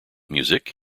music